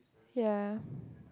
ya